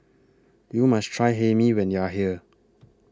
YOU must Try Hae Mee when YOU Are here